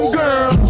girl